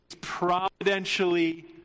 providentially